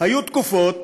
היו תקופות